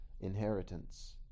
inheritance